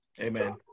Amen